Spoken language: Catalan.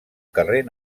carrer